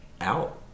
out